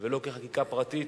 ולא כחקיקה פרטית.